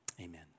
Amen